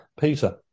Peter